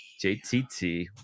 JTT